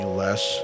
less